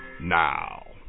now